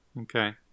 Okay